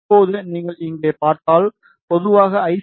இப்போது நீங்கள் இங்கே பார்த்தால் பொதுவாக ஐ